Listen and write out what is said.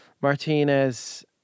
Martinez